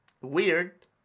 Weird